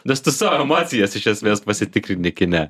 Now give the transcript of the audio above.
nes tu savo emocijas iš esmės pasitikrini kine